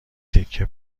تکه